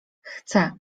chcę